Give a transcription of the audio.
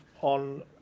on